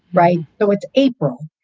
right. but it's april.